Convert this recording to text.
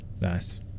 Nice